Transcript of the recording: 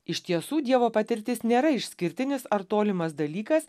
iš tiesų dievo patirtis nėra išskirtinis ar tolimas dalykas